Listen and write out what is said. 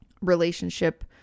relationship